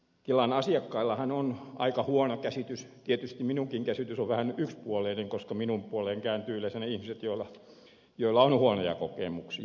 kelan asiakkaillahan on aika huono käsitys tietysti minunkin käsitykseni on vähän yksipuolinen koska minun puoleeni kääntyvät yleensä ne ihmiset joilla on huonoja kokemuksia